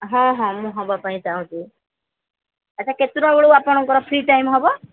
ହଁ ହଁ ମୁଁ ହେବା ପାଇଁ ଚାହୁଁଛି ଆଚ୍ଛା କେତେଟା ବେଳୁ ଆପଣଙ୍କର ଫ୍ରି ଟାଇମ୍ ହେବ